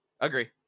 agree